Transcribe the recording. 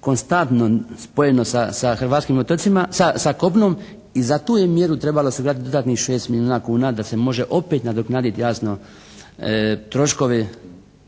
konstantno spojeno sa hrvatskim otocima, sa kopnom i za tu je mjeru trebalo se ugraditi dodatnih 6 milijuna kuna da se može opet nadoknaditi jasno troškovi